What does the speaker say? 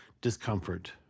discomfort